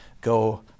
go